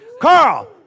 Carl